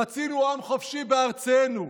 רצינו עם חופשי בארצנו,